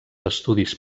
estudis